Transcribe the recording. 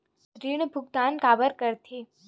ऋण भुक्तान काबर कर थे?